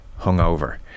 hungover